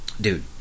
Dude